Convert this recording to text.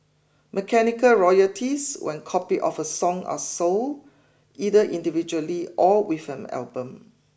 mechanical royalties when copied of a song are sold either individually or with an album